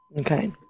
Okay